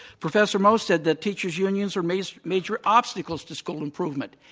professor moe said that teachers unions are major major obstacles to school improvement.